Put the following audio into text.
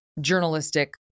journalistic